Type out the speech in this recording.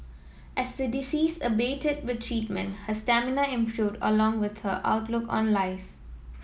as the disease abated with treatment her stamina improved along with her outlook on life